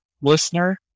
listener